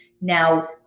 Now